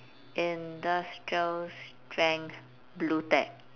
industrial strength blu tack